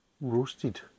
roasted